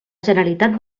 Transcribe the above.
generalitat